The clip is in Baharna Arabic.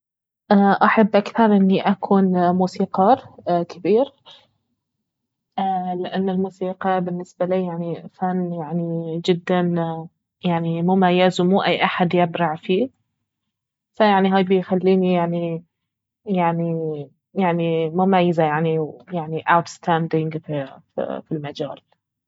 احب اكثر اني أكون موسيقار كبير لانه الموسيقى بالنسبة لي يعني فن يعني جدا يعني مميز ومو أي احد يبرع فيه فيعني هاي بيخليني يعني- يعني- يعني مميزة يعني ويعني أوتستاندنج في المجال